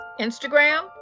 Instagram